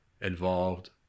involved